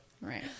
Right